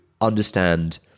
understand